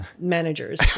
managers